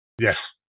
Yes